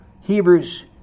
Hebrews